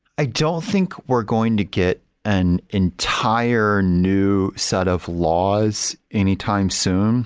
i don't think we're going to get an entire new set of laws any time soon